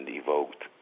evoked